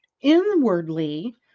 Inwardly